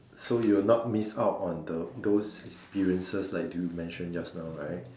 so you will not miss out on the those experiences like you mentioned just now right